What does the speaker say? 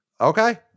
Okay